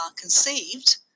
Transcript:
conceived